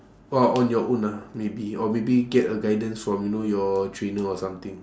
ah on your own ah maybe or maybe get a guidance from you know your trainer or something